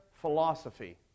philosophy